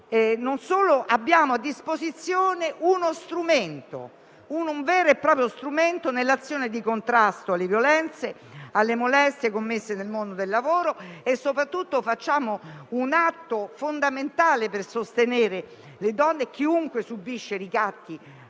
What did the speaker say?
abbiamo a disposizione un vero e proprio strumento nell'azione di contrasto alle violenze e alle molestie commesse nel mondo del lavoro, facciamo un atto fondamentale per sostenere le donne e chiunque subisca ricatti